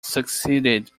succeeded